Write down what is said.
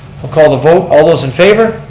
we'll call the vote, all those in favor.